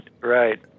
right